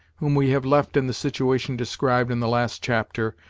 whom we have left in the situation described in the last chapter,